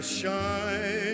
shine